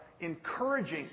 encouraging